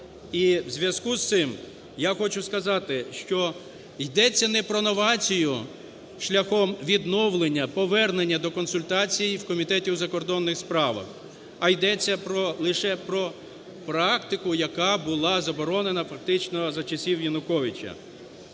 І в зв'язку з цим я хочу сказати, що йдеться не про новацію шляхом відновлення, повернення до консультацій у Комітеті у закордонних справах, а йдеться лише про практику, яка була заборонена фактично за часів Януковича.